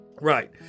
Right